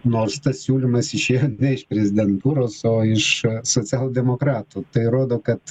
nors tas siūlymas išėjo ne iš prezidentūros o iš socialdemokratų tai rodo kad